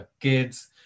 kids